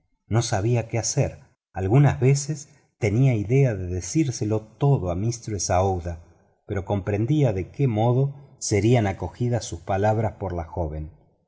no sabía qué hacer algunas veces tenía la idea de decírselo todo a mistress aouida pero comprendía de qué modo serían acogidas sus palabras por la joven